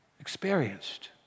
experienced